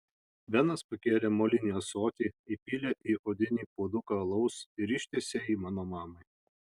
benas pakėlė molinį ąsotį įpylė į odinį puoduką alaus ir ištiesė jį mano mamai